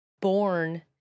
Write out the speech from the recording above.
born